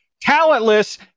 talentless